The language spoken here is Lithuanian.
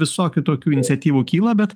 visokių tokių iniciatyvų kyla bet